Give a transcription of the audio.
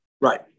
Right